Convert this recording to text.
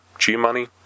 G-Money